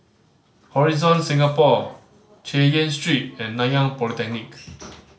Horizon Singapore Chay Yan Street and Nanyang Polytechnic